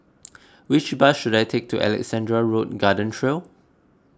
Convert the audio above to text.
which bus should I take to Alexandra Road Garden Trail